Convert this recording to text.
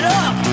up